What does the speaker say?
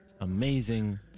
amazing